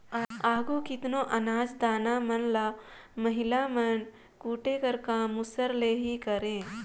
आघु केतनो अनाज दाना मन ल महिला मन कूटे कर काम मूसर ले ही करें